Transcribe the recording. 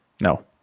no